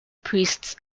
priests